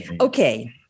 Okay